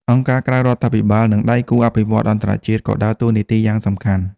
អង្គការក្រៅរដ្ឋាភិបាល និងដៃគូអភិវឌ្ឍន៍អន្តរជាតិក៏ដើរតួនាទីយ៉ាងសំខាន់។